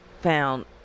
found